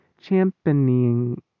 championing